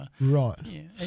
Right